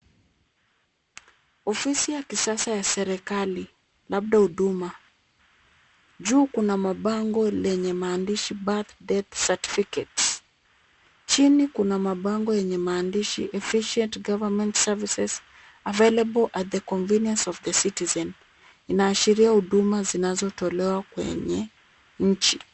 Ofisi ya kisasa ya serikali labda huduma, juu kuna mabango lenye maandishi birth, death certificates . Chini kuna mabango yenye maandishi Efficient Government Services Available at The Convenience of the Citizen . Inaashiria huduma zinazotolewa kwenye nchi.